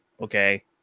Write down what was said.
okay